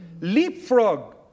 leapfrog